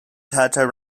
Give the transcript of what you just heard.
tata